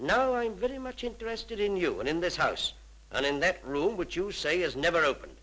knowing very much interested in you and in this house and in that room would you say is never open